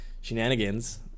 shenanigans